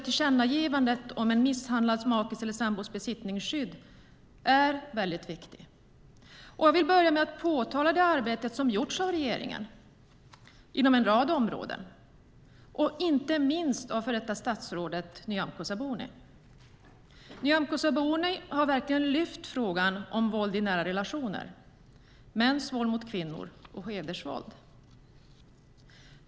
Tillkännagivandet om en misshandlad makes eller sambos besittningsskydd är viktigt. Jag vill börja med att påminna om det arbete som har gjorts av regeringen inom en rad områden, inte minst av före detta statsrådet Nyamko Sabuni. Nyamko Sabuni har verkligen lyft upp frågan om våld i nära relationer, mäns våld mot kvinnor och hedersvåld.